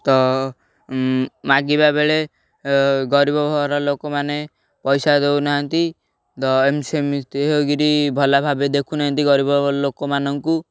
ତ ମାଗିବା ବେଳେ ଗରିବ ଘର ଲୋକମାନେ ପଇସା ଦେଉନାହାନ୍ତି ତ ସେମିତି ହେଇ କରି ଭଲ ଭାବେ ଦେଖୁନାହାନ୍ତି ଗରିବ ଲୋକମାନଙ୍କୁ